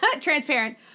transparent